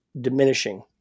diminishing